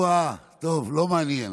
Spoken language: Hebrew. הם אמרו: אה, טוב, לא מעניין.